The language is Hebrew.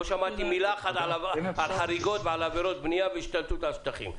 לא שמעתי מילה אחת על חריגות ועל עבירות בנייה ועל השתלטות על שטחים.